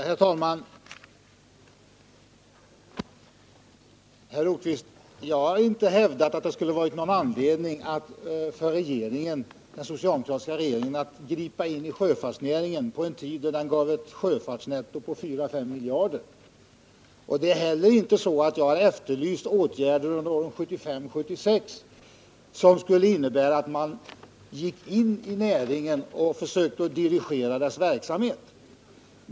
Herr talman! Jag har, Birger Rosqvist, inte hävdat att det fanns någon anledning för den socialdemokratiska regeringen att gripa in i sjöfartsnäringen på en tid, när denna näring gav ett sjöfartsnetto på 4-5 miljarder kronor per år. Jag har inte heller 1975/76 efterlyst åtgärder, som skulle kunna innebära att man gick in i näringen och försökte dirigera dess verksamhet.